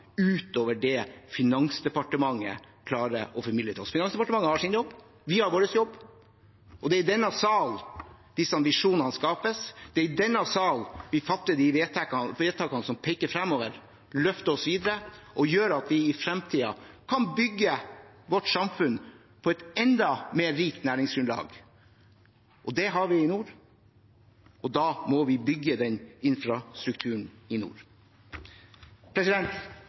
utover det som Finansdepartementet klarer å formidle til oss. Finansdepartementet har sin jobb, vi har vår jobb, og det er i denne salen disse visjonene skapes. Det er i denne salen vi fatter de vedtakene som peker fremover og løfter oss videre, og som gjør at vi i fremtiden kan bygge vårt samfunn på et enda rikere næringsgrunnlag. Det har vi i nord, og da må vi bygge den infrastrukturen i nord.